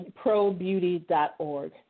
ProBeauty.org